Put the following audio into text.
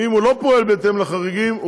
אם הוא לא פועל בהתאם לחריגים,